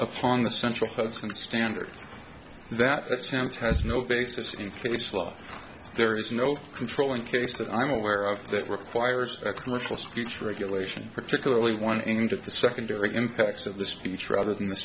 upon the central present standard that it's him test no basis in case law there is no controlling case that i'm aware of that requires a commercial speech regulation particularly one end of the secondary impact of the speech rather than